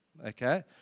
Okay